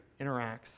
interacts